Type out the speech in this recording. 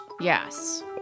yes